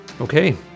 okay